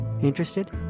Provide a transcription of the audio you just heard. Interested